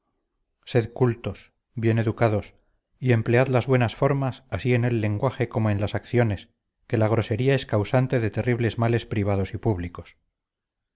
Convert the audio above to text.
sed cultos bien educados y emplead las buenas formas así en el lenguaje como en las acciones que la grosería es causante de terribles males privados y públicos